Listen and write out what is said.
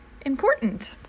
important